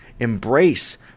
Embrace